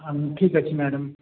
ହଁ ଠିକ୍ ଅଛି ମ୍ୟାଡ଼ମ୍